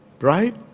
right